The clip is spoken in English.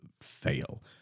Fail